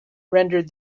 rendered